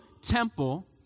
temple